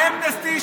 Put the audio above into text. לאמנסטי,